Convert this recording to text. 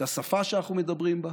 את השפה שאנחנו מדברים בה,